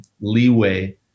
leeway